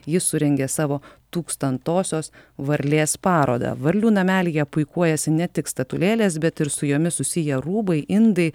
ji surengė savo tūkstantosios varlės parodą varlių namelyje puikuojasi ne tik statulėlės bet ir su jomis susiję rūbai indai